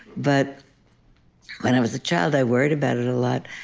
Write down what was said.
but when i was a child, i worried about it a lot.